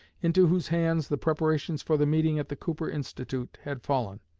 into whose hands the preparations for the meeting at the cooper institute had fallen.